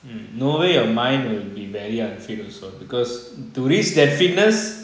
no way your mind will be very unfit also because to reach that fitness